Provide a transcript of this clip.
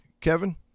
kevin